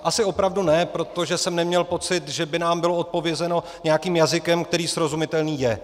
Asi opravdu ne, protože jsem neměl pocit, že by nám bylo odpovězeno nějakým jazykem, který srozumitelný je.